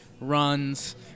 runs